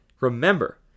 Remember